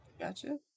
Gotcha